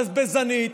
בזבזנית,